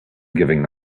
giving